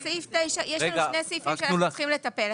יש לנו שני סעיפים שצריכים לטפל בהם.